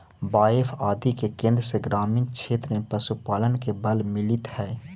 बाएफ आदि के केन्द्र से ग्रामीण क्षेत्र में पशुपालन के बल मिलित हइ